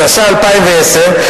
התש"ע 2010,